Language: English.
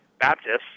Baptists